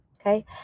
Okay